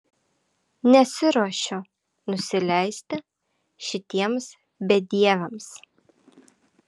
nesiruošiu nusileisti šitiems bedieviams